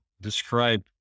describe